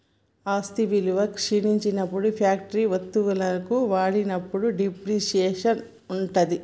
ఆస్తి విలువ క్షీణించినప్పుడు ఫ్యాక్టరీ వత్తువులను వాడినప్పుడు డిప్రిసియేషన్ ఉంటది